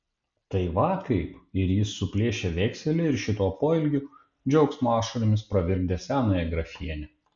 tai va kaip ir jis suplėšė vekselį ir šituo poelgiu džiaugsmo ašaromis pravirkdė senąją grafienę